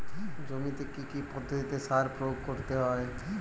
জমিতে কী কী পদ্ধতিতে সার প্রয়োগ করতে হয়?